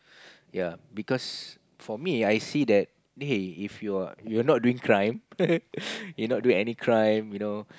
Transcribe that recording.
ya because for me I see that hey if you're you're not doing crime you're not doing any crime you know